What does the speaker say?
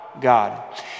God